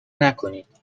نکنید